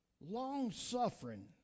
long-suffering